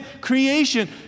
creation